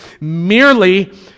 merely